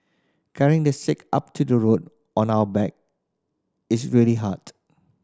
carrying the sick up to the road on our back is really hard